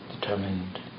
Determined